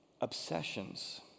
Obsessions